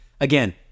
Again